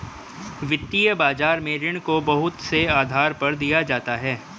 वित्तीय बाजार में ऋण को बहुत से आधार पर दिया जाता है